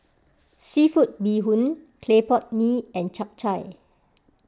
Seafood Bee Hoon Clay Pot Mee and Chap Chai